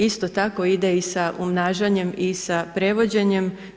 Isto tako ide i sa unažanjem i sa prevođenjem.